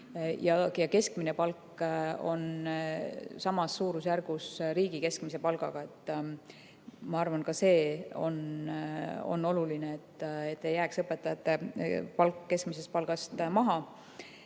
keskmine palk on samas suurusjärgus riigi keskmise palgaga. Ma arvan, et see on oluline, et õpetajate palk ei jääks keskmisest palgast maha.